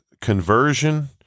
conversion